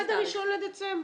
עד 1 בדצמבר.